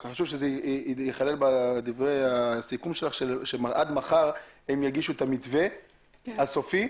אני חושב שזה ייכלל בדברי הסיכום שלך שעד מחר הם יגישו את המתווה הסופי.